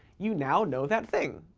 you now know that thing.